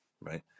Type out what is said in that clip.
right